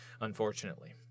unfortunately